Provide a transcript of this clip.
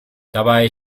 dabei